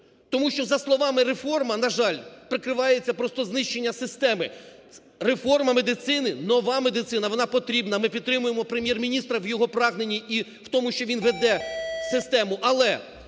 тому що за словами "реформа", на жаль, прикривається просто знищення системи. Реформа медицини, нова медицина, вона потрібна, ми підтримуємо Прем'єр-міністра в його прагненні і у тому, що він введе систему. Але